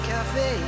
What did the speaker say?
Cafe